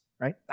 Right